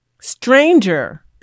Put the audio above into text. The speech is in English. stranger